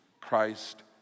Christ